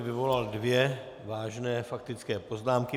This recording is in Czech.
Vyvolal dvě vážné faktické poznámky.